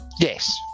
Yes